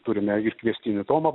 turime ir kviestinį tomą